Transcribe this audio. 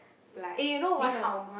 eh you know one of